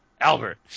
Albert